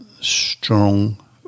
Strong